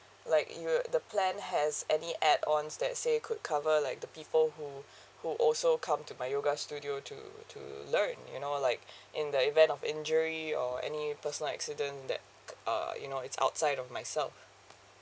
like you the plan has any add ons that say could cover like the people who who also come to my yoga studio to to learn you know like in the event of injury or any personal accident that uh you know it's outside of myself